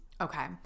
Okay